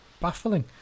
baffling